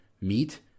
meet